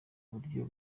buryo